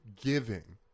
giving